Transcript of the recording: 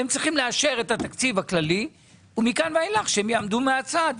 צריך לבדוק מכאן ולהבא מה נעשה עם הדבר הזה.